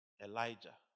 Elijah